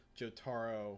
jotaro